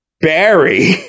Barry